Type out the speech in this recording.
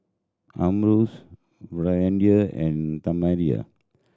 Amos Brandi and